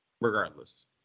regardless